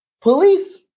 police